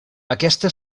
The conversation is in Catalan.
aquesta